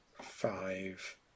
five